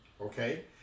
okay